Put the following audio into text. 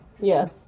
Yes